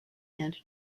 and